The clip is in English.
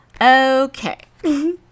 Okay